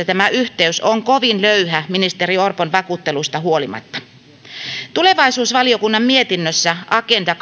tämä yhteys on kovin löyhä ministeri orpon vakuutteluista huolimatta tulevaisuusvaliokunnan mietinnössä agenda